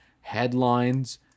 headlines